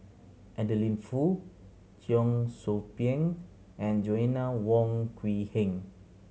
Adeline Foo Cheong Soo Pieng and Joanna Wong Quee Heng